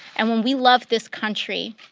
and when we love this country,